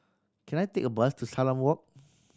can I take a bus to Salam Walk